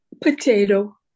Potato